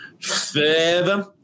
further